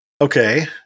Okay